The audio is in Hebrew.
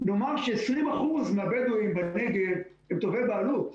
נאמר ש-20% הם תובעי בעלות.